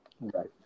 Right